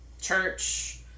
church